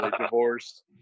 divorced